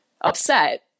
upset